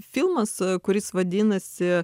filmas kuris vadinasi